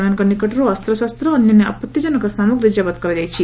ସେମାନଙ୍କ ନିକଟରୁ ଅସ୍ଚଶସ୍ଚ ଅନ୍ୟାନ୍ୟ ଆପଉିଜନକ ସାମଗ୍ରୀ ଜବତ କରାଯାଇଛି